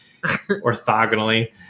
orthogonally